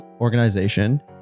organization